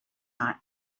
not